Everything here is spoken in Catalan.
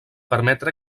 permetre